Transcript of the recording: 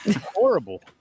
Horrible